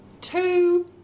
two